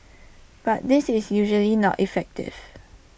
but this is usually not effective